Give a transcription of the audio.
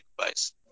advice